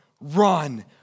run